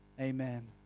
Amen